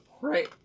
right